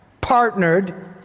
partnered